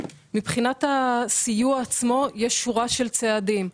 כשמבחינת הסיוע עצמו יש שורה של צעדים.